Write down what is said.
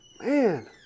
man